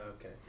okay